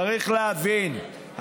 צריך להבין,